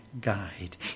guide